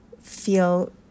feel